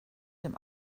dem